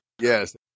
Yes